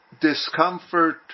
discomfort